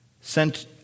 sent